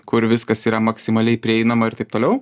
kur viskas yra maksimaliai prieinama ir taip toliau